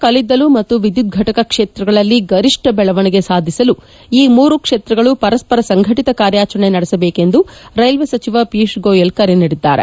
ಕಲ್ಲಿದ್ದಲು ಮತ್ತು ವಿದ್ಯುತ್ ಘಟಕ ಕ್ಷೇತ್ರಗಳಲ್ಲಿ ಗರಿಷ್ಠ ಬೆಳವಣಿಗೆ ಸಾಧಿಸಲು ಈ ಮೂರು ಕ್ಷೇತ್ರಗಳು ಪರಸ್ಪರ ಸಂಘಟಿತ ಕಾರ್ಯಾಚರಣೆ ನಡೆಸಬೇಕು ಎಂದು ರೈಲ್ವೆ ಸಚಿವ ಪಿಯೂಷ್ ಗೋಯಲ್ ಕರೆ ನೀಡಿದ್ದಾರೆ